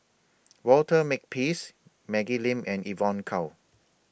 Walter Makepeace Maggie Lim and Evon Kow